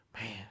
Man